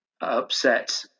upset